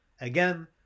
Again